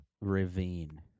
Ravine